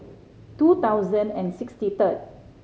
two thousand and sixty third